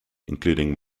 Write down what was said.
including